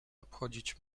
obchodzić